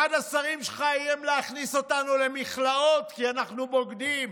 אחד השרים שלך איים להכניס אותנו למכלאות כי אנחנו בוגדים,